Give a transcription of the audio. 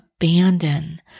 abandon